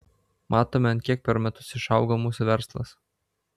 matome ant kiek per metus išaugo mūsų verslas